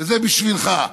זה בשבילך,